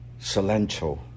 cilantro